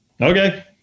Okay